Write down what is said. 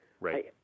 Right